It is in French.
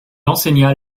enseigna